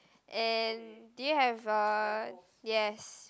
and do you have a yes